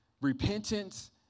Repentance